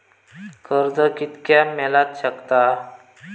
कर्ज कितक्या मेलाक शकता?